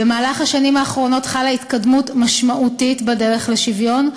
במהלך השנים האחרונות חלה התקדמות משמעותית בדרך לשוויון.